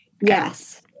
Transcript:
Yes